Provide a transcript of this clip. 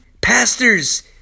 pastors